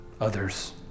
others